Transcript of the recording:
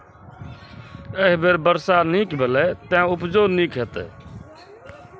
एहि बेर वर्षा नीक भेलैए, तें उपजो नीके हेतै